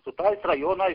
su tais rajonais